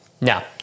Now